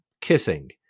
kissing